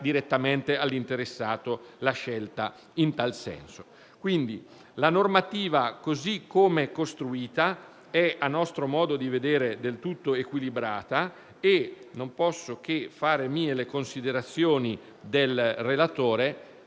direttamente all'interessato la scelta in tal senso. La normativa così come costruita è, a nostro modo di vedere, del tutto equilibrata e non posso che fare mie le considerazioni del relatore,